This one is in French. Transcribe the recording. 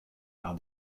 par